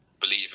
believe